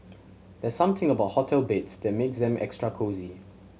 there's something about hotel beds that makes them extra cosy